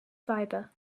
fibre